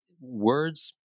Words